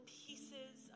pieces